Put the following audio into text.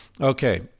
Okay